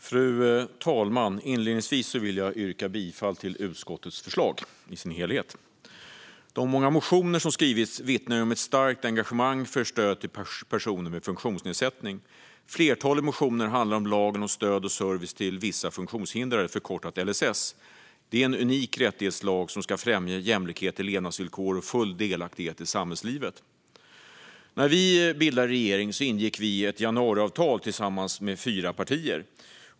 Fru talman! Inledningsvis vill jag yrka bifall till utskottets förslag i dess helhet. De många motioner som skrivits vittnar om ett starkt engagemang för stöd till personer med funktionsnedsättning. Flertalet motioner handlar om lagen om stöd och service till vissa funktionshindrade, förkortad LSS. Det är en unik rättighetslag som ska främja jämlikhet i levnadsvillkor och full delaktighet i samhällslivet. När vi bildade regering ingick vi januariavtalet mellan fyra partier.